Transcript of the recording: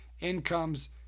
incomes